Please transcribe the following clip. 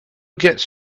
gets